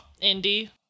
Indy